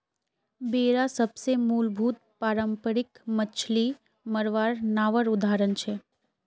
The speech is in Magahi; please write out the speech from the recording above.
बेडा सबसे मूलभूत पारम्परिक मच्छ्ली मरवार नावर उदाहरण छे